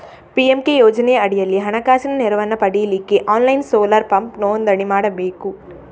PMK ಯೋಜನೆಯ ಅಡಿಯಲ್ಲಿ ಹಣಕಾಸಿನ ನೆರವನ್ನ ಪಡೀಲಿಕ್ಕೆ ಆನ್ಲೈನ್ ಸೋಲಾರ್ ಪಂಪ್ ನೋಂದಣಿ ಮಾಡ್ಬೇಕು